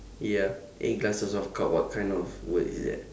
ya eight glasses of cup what kind of word is that